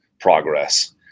progress